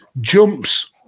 jumps